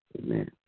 amen